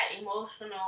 emotional